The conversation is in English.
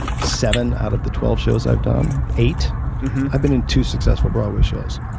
seven out of the twelve shows i've done eight have been in two successful broadway shows.